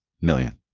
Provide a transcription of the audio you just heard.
million